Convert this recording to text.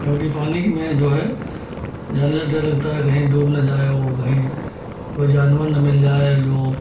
क्योंकि पानी में जो है ज़्यादा डर लगता है कहीं डूब न जाएँ ओ कहीं कोई जानवर न मिल जाए जो